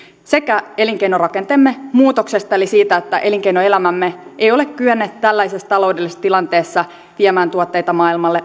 myös elinkeinorakenteemme muutoksesta eli siitä että elinkeinoelämämme ei ole kyennyt tällaisessa taloudellisessa tilanteessa viemään tuotteita maailmalle